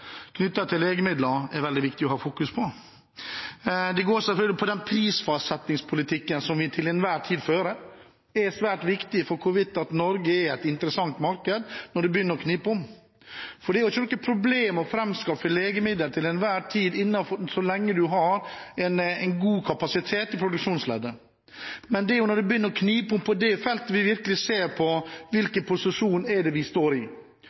til legemidler det er veldig viktig å fokusere på. Det går selvfølgelig på den prisfastsettingspolitikken vi til enhver tid fører, som er svært viktig for hvorvidt Norge er et interessant marked når det begynner å knipe. Det er jo ikke noe problem å framskaffe legemiddel til enhver tid så lenge man har god kapasitet i produksjonsleddet, men det er når det begynner å knipe på det feltet at vi virkelig ser hvilken posisjon det er vi står i.